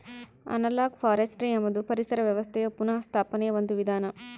analogue forestry ಎಂಬುದು ಪರಿಸರ ವ್ಯವಸ್ಥೆಯ ಪುನಃಸ್ಥಾಪನೆಯ ಒಂದು ವಿಧಾನ